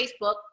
Facebook